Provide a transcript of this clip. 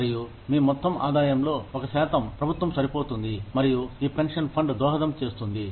మరియు మీ మొత్తం ఆదాయంలో ఒక శాతం ప్రభుత్వం సరిపోతుంది మరియు ఈ పెన్షన్ ఫండ్ దోహదం చేస్తుంది